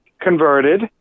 converted